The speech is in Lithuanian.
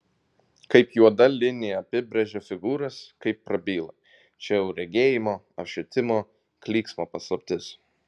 kaip juoda linija apibrėžia figūras kaip prabyla čia jau regėjimo apšvietimo klyksmo paslaptis